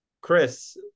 Chris